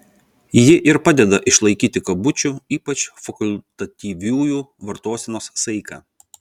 ji ir padeda išlaikyti kabučių ypač fakultatyviųjų vartosenos saiką